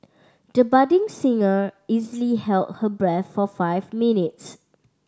the budding singer easily held her breath for five minutes